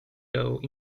dough